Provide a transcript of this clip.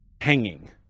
hanging